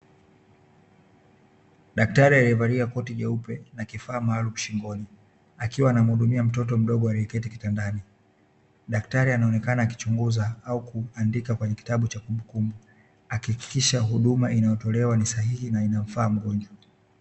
Daktari aliyevalia koti jeupe na kifaa maarufu shingoni, akiwa anamhudumia mtoto mdogo aliketi kitandani, daktari anaonekana akichunguza au kuandika kwenye kitabu cha kumbukumbu akihakikisha huduma inayotolewa ni sahihi na inamfaa mgonjwa.